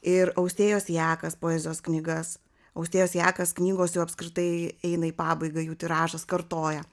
ir austėjos jakas poezijos knygas austėjos jakas knygos jau apskritai eina į pabaigą jų tiražas kartoja